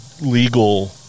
legal